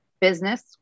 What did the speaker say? business